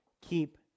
keep